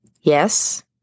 yes